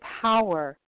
power